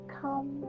come